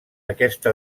aquesta